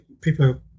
people